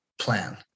plan